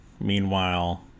meanwhile